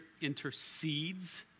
intercedes